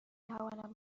توانم